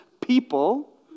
people